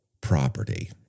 property